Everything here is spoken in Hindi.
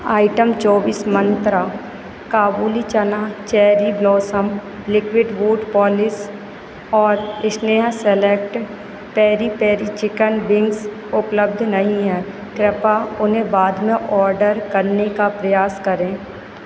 आइटम चौबीस Mantra kabuli chana cherry blossom liquid boot polish और अस्नेहा select peri peri chicken wings उपलब्ध नहीं हैं कृपया उन्हें बाद में ऑर्डर करने का प्रयास करें